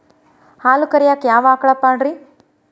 ಹಾಲು ಕರಿಯಾಕ ಯಾವ ಆಕಳ ಪಾಡ್ರೇ?